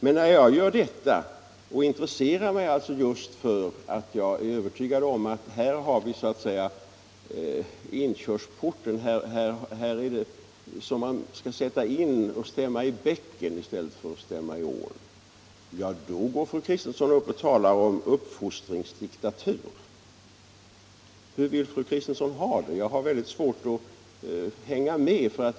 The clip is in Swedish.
Men när jag gör allt detta därför att jag är övertygad om att det är bättre att stämma i bäcken än att stämma i ån, då går fru Kristensson upp och talar om uppfostringsdiktatur. Hur vill fru Kristensson ha det? Jag har svårt att hänga med här.